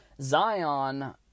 Zion